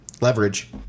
Leverage